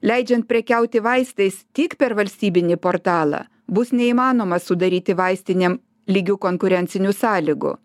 leidžiant prekiauti vaistais tik per valstybinį portalą bus neįmanoma sudaryti vaistinėm lygių konkurencinių sąlygų